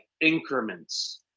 increments